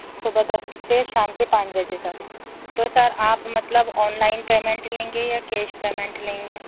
صبح دس سے شام کے پانچ بجے تک تو سر آپ مطلب آن لائن پیمنٹ لیں گے یا کیش پیمنٹ لیں گے